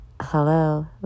hello